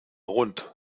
rund